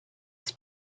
with